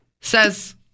Says